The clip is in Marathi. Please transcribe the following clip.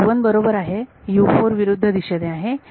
तर बरोबर आहे विरुद्ध दिशेत आहे